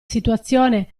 situazione